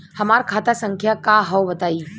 हमार खाता संख्या का हव बताई?